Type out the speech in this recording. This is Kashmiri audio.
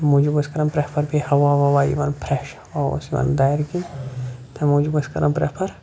تَمہِ موٗجوٗب ٲسۍ کَران بیٚیہِ پرٛٮ۪فَر بیٚیہِ ہوا وَوا یِوان فرٛٮ۪ش ہَوا اوس یِوان دارِ کِنۍ تَمہِ موٗجوٗب ٲسۍ کَران پرٛٮ۪فر